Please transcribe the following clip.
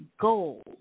goals